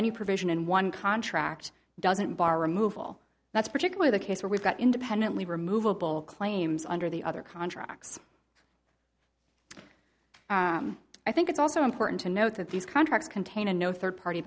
venue provision and one contract doesn't bar removal that's particularly the case where we've got independently removeable claims under the other contracts i think it's also important to note that these contracts contain a no third party